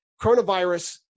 Coronavirus